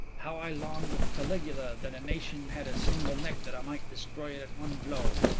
how i longed with caligula that a nation had a single neck that i might destroy it at one blow.